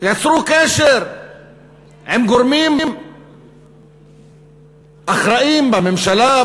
יצרו קשר עם גורמים אחראים בממשלה,